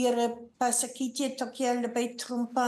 ir pasakyti tokią labai trumpą